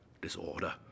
Disorder